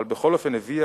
אבל בכל אופן הביא,